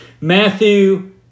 Matthew